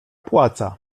płaca